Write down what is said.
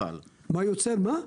אבל --- מה יוצר מה?